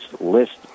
list